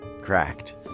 cracked